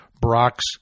Brock's